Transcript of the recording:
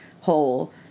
whole